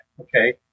Okay